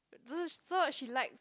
just so what she likes